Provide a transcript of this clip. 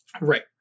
Right